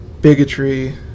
bigotry